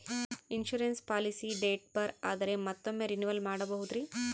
Insurance policy date ಬಾರ್ ಆದರೆ ಮತ್ತೊಮ್ಮೆ ರಿನಿವಲ್ ಮಾಡಬಹುದ್ರಿ?